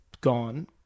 gone